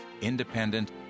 independent